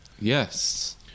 Yes